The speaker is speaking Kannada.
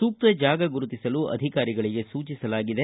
ಸೂಕ್ತ ಜಾಗ ಗುರುತಿಸಲು ಅಧಿಕಾರಿಗಳಿಗೆ ಸೂಚಿಸಲಾಗಿದೆ